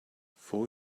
four